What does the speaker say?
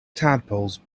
tadpoles